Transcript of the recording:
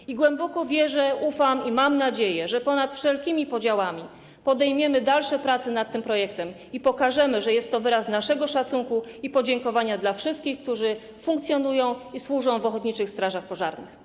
I głęboko wierzę, ufam i mam nadzieję, że ponad wszelkimi podziałami podejmiemy dalsze prace nad tym projektem i pokażemy, że jest to wyraz naszego szacunku i podziękowania dla wszystkich, którzy funkcjonują i służą w ochotniczych strażach pożarnych.